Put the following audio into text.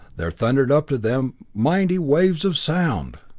there thundered up to them mighty waves of sound!